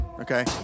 Okay